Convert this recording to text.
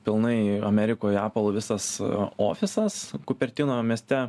pilnai amerikoje epul visas ofisas kupertino mieste